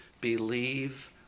believe